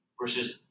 versus